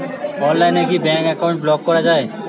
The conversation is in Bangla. অনলাইনে কি ব্যাঙ্ক অ্যাকাউন্ট ব্লক করা য়ায়?